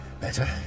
Better